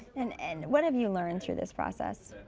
and and what have you learned through this process?